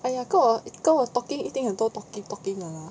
!aiya! 跟我跟我 talking 一定很多 talking talking 的 lah